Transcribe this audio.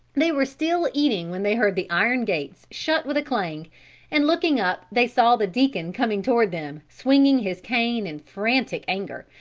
they were still eating when they heard the iron gates shut with a clang and looking up they saw the deacon coming toward them, swinging his cane in frantic anger,